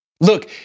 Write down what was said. Look